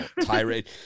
tirade